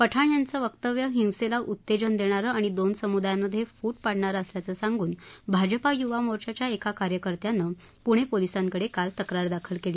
पठाण यांचं वक्तव्य हिंसेला उत्तेजन देणारं आणि दोन समुदायांमधे फूट पाडणारं असल्याचं सांगून भाजपा युवा मोर्चाच्या एका कार्यकर्त्यानं पुणे पोलिसांकडे काल तक्रार दाखल केली